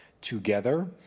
together